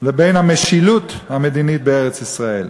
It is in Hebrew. לבין המשילות המדינית בארץ-ישראל.